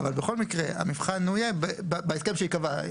אבל בכל מקרה, המבחן יהיה בהסכם שייקבע.